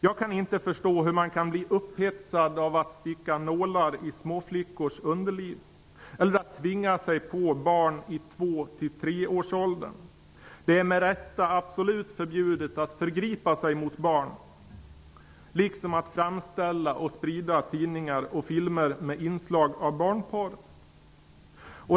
Jag kan inte förstå hur man kan bli upphetsad av att sticka nålar i småflickors underliv eller att tvinga sig på barn i 2--3-årsåldern. Det är med rätta absolut förbjudet att förgripa sig mot barn, liksom att framställa och sprida tidningar och filmer med inslag av barnporr.